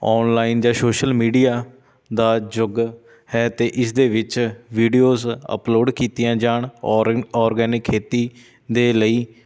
online ਜਾਂ social media ਦਾ ਯੁੱਗ ਹੈ ਅਤੇ ਇਸ ਦੇ ਵਿੱਚ ਵੀਡੀਓਜ਼ ਅਪਲੋਡ ਕੀਤੀਆਂ ਜਾਣ ਅੋਰਨ ਔਰਗੈਨਿਕ ਖੇਤੀ ਦੇ ਲਈ